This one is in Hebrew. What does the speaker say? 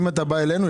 אם אתה בא אלינו,